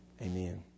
Amen